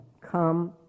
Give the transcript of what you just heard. Come